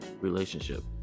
relationship